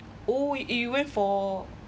oh you went for